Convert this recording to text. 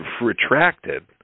retracted